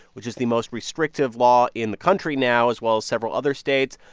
which is the most restrictive law in the country now, as well as several other states.